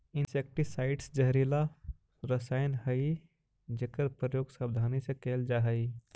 insecticides जहरीला रसायन हई जेकर प्रयोग सावधानी से कैल जा हई